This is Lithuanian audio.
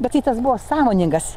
bet tai tas buvo sąmoningas